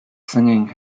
singing